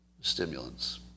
stimulants